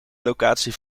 locatie